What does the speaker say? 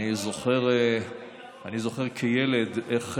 אני זוכר כילד איך,